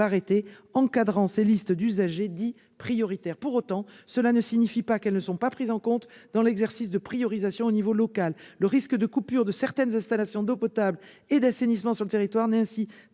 l'arrêté encadrant ces listes d'usagers dits prioritaires. Pour autant, cela ne signifie pas qu'elles ne sont pas prises en compte dans l'exercice de priorisation à l'échelon local. Le risque de coupure de certaines installations d'eau potable et d'assainissement sur le territoire n'est ainsi